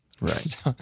Right